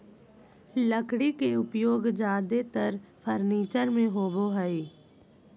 लकड़ी के उपयोग ज्यादेतर फर्नीचर में होबो हइ